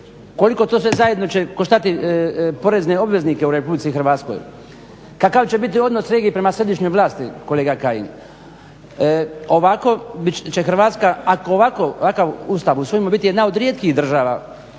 koliko to sve će zajedno koštati porezne obveznike u RH, kakav će biti odnos regije prema središnjoj vlasti kolega Kajin? Ovako će Hrvatska, ako ovakav Ustav usvojimo biti jedna od rijetkih država,